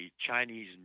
Chinese